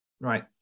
right